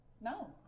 No